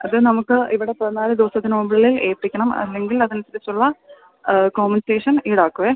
അത് നമുക്ക് ഇവിടെ പതിനാല് ദിവസത്തിനുള്ളിൽ ഏൽപ്പിക്കണം അല്ലെങ്കിൽ അതനുസരിച്ചുള്ള കോമ്പൻസേഷൻ ഈടാക്കും